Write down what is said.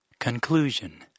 Conclusion